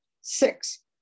Six